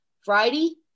Friday